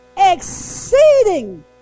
exceeding